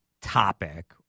topic